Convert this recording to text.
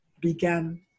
began